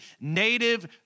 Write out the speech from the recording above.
native